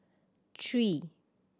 three